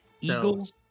Eagles